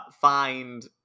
find